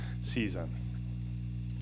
season